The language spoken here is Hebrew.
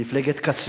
מפלגת קצה,